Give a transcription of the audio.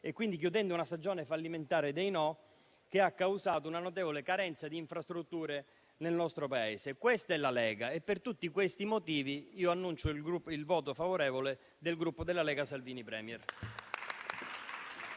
chiudendo una stagione fallimentare dei no che ha causato una notevole carenza di infrastrutture nel nostro Paese. Questa è la Lega. Per tutti questi motivi annuncio il voto favorevole del Gruppo Lega-Salvini Premier.